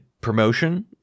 promotion